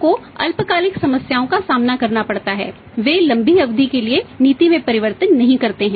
को अल्पकालिक समस्याओं का सामना करना पड़ता है वे लंबी अवधि के लिए नीति में परिवर्तन नहीं करते हैं